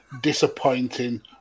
disappointing